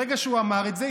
ברגע שהוא אמר את זה,